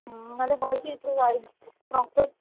ਹੂੰ ਮਤਲਬ ਹਰ ਚੀਜ਼ ਪ੍ਰੋਵਾਇਡ ਪ੍ਰੋਪਰ